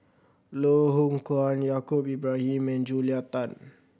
Loh Hoong Kwan Yaacob Ibrahim and Julia Tan